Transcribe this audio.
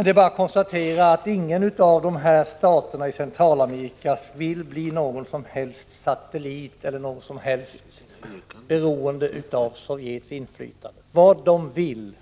Det är bara att konstatera att ingen av de här staterna i Centralamerika vill bli någon som helst satellit till Sovjetunionen eller på något sätt beroende av Sovjetunionens inflytande. De vill